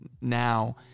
now